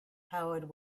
howard